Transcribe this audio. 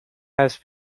has